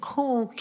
Cool